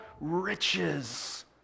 riches